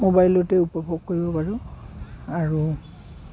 মোবাইলতে উপভোগ কৰিব পাৰোঁ আৰু